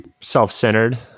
self-centered